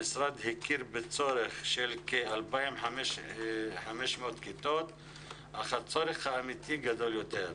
המשרד הכיר בצורך של כ-2,500 כיתות אך הצורך האמיתי גדול יותר.